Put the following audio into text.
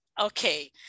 okay